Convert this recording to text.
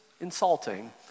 insulting